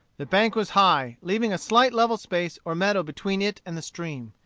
the bank was high, leaving a slight level space or meadow between it and the stream.